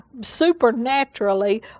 supernaturally